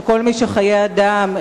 שכל מי שחיי אדם,